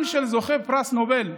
עם של זוכי פרס נובל,